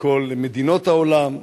מכל מדינות העולם,